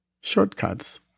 Shortcuts